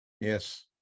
Yes